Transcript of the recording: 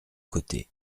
côtés